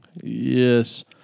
Yes